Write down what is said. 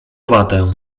watę